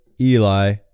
Eli